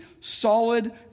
solid